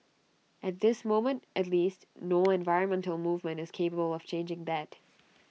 at this moment at least no environmental movement is capable of changing that